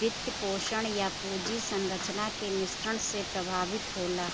वित्तपोषण, या पूंजी संरचना के मिश्रण से प्रभावित होला